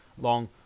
Long